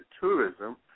tourism